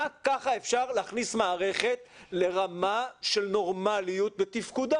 רק כך אפשר להכניס מערכת לרמה של נורמליות בתפקודה.